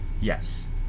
Yes